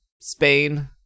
Spain